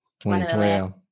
2012